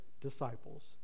disciples